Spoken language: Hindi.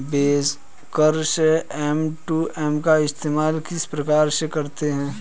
ब्रोकर्स एम.टू.एम का इस्तेमाल किस प्रकार से करते हैं?